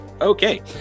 Okay